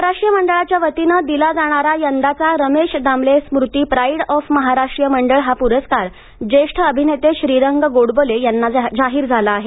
महाराष्ट्रीय मंडळाच्या वतीने दिला जाणारा यंदाचा रमेश दामले स्मृती प्राईड ऑफ महाराष्ट्रीय मंडळ हा पुरस्कार ज्येष्ठ अभिनेते श्रीरंग गोडबोले यांना जाहीर झाला आहे